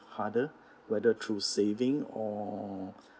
harder whether through saving or